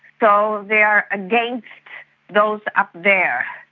so they are against those up there,